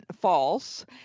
false